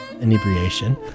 inebriation